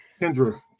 Kendra